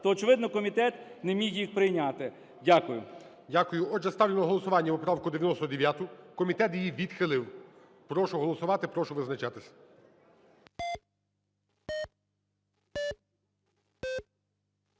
то очевидно комітет не міг їх прийняти. Дякую. ГОЛОВУЮЧИЙ. Дякую. Отже, ставлю на голосування поправку 99, комітет її відхилив. Прошу голосувати. Прошу визначатися.